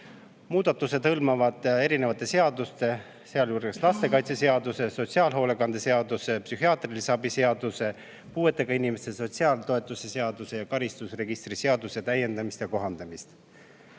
Muudatused hõlmavad erinevate seaduste, sealhulgas lastekaitseseaduse, sotsiaalhoolekande seaduse, psühhiaatrilise abi seaduse, puuetega inimeste sotsiaaltoetuste seaduse ning karistusregistri seaduse täiendamist ja kohandamist. Peamised